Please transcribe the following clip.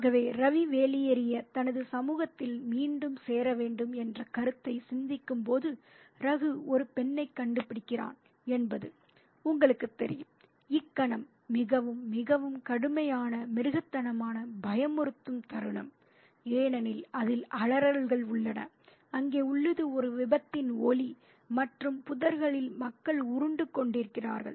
ஆகவே ரவி வெளியேறி தனது சமூகத்தில் மீண்டும் சேர வேண்டும் என்ற கருத்தை சிந்திக்கும்போது ரகு ஒரு பெண்ணைக் கண்டுபிடிக்கிறான் என்பது உங்களுக்குத் தெரியும் இக்கணம் மிகவும் மிகவும் கடுமையான மிருகத்தனமான பயமுறுத்தும் தருணம் ஏனெனில் அதில் அலறல்கள் உள்ளன அங்கே உள்ளது ஒரு விபத்தின் ஒலி மற்றும் புதர்களில் மக்கள் உருண்டு கொண்டிருக்கிறார்கள்